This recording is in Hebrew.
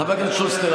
חבר הכנסת שוסטר,